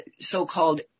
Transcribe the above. so-called